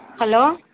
hello